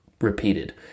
Repeated